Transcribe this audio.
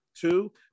Two